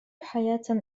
حياة